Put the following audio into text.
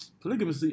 polygamy